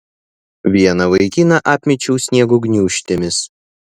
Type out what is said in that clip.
vieną vaikiną apmėčiau sniego gniūžtėmis